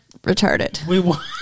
retarded